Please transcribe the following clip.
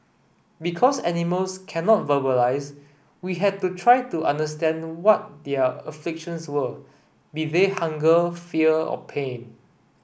because animals cannot verbalise we had to try to understand what their afflictions were be they hunger fear or pain